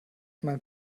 mein